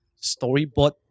storyboard